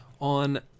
on